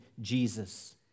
Jesus